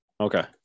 Okay